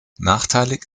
nachteilig